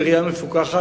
בראייה מפוכחת,